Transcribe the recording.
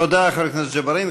תודה לחבר הכנסת ג'בארין.